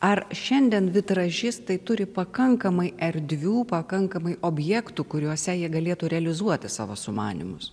ar šiandien vitražistai turi pakankamai erdvių pakankamai objektų kuriuose jie galėtų realizuoti savo sumanymus